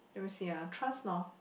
let me see ah trust lor